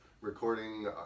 recording